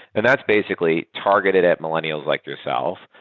and that's basically targeted at millennias like yourself.